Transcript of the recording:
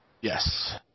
Yes